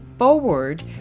Forward